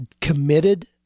committed